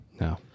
No